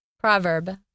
Proverb